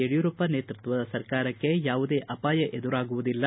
ಯಡಿಯೂರಪ್ಪ ನೇತೃತ್ವದ ಸರ್ಕಾರಕ್ಕೆ ಯಾವುದೇ ಅಪಾಯ ಎದುರಾಗುವುದಿಲ್ಲ